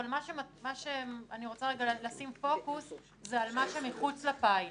אבל אני רוצה לשים פוקוס על מה שהוא מחוץ לפיילוט.